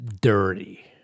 Dirty